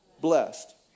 Blessed